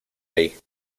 ahí